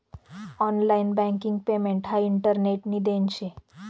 online banking payment हाई इंटरनेटनी देन शे